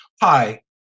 hi